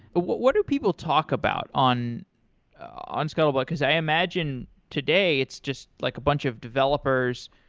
what what do people talk about on on scuttlebutt? because i imagine, today, it's just like a bunch of developers,